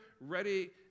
ready